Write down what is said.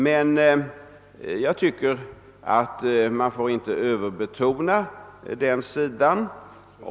Men man får inte överbetona den sidan.